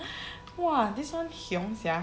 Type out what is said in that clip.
!wah! this one hiong sia